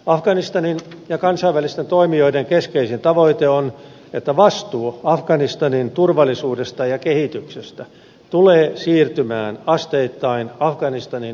afganistanin ja kansainvälisten toimijoiden keskeisin tavoite on että vastuu afganistanin turvallisuudesta ja kehityksestä tulee siirtymään asteittain afganistanin omille viranomaisille